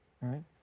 right